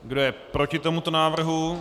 Kdo je proti tomuto návrhu?